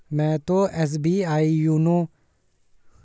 मैं तो SBI YONO app से ही अपनी मिनी स्टेटमेंट देख लेती हूँ